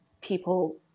people